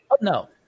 No